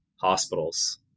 hospitals